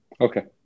Okay